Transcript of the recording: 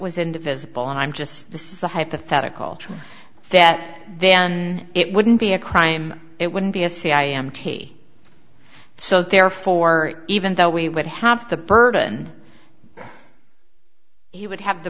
was indivisible and i'm just this is a hypothetical that then it wouldn't be a crime it wouldn't be a say i am taking so therefore even though we would have the burden he would have the